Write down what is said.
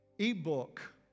ebook